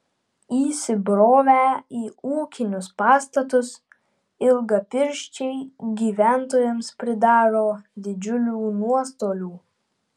įsibrovę į ūkinius pastatus ilgapirščiai gyventojams pridaro didžiulių nuostolių